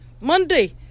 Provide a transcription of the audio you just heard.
Monday